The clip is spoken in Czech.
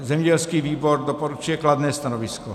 Zemědělský výbor doporučuje kladné stanovisko.